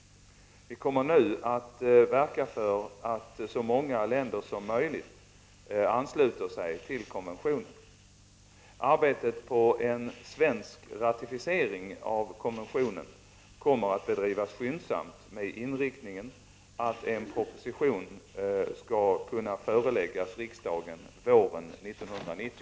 Vi kommer nu att verka för att så många länder som möjligt ansluter sig till konventionen. Arbetet på en svensk ratificering av konventionen kommer att bedrivas skyndsamt med inriktningen att en proposition skall kunna föreläggas riksdagen våren 1990.